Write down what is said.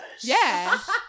yes